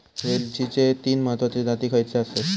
वेलचीचे तीन महत्वाचे जाती खयचे आसत?